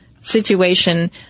situation